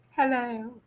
hello